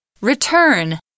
Return